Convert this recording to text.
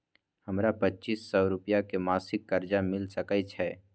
हमरा पच्चीस सौ रुपिया के मासिक कर्जा मिल सकै छै?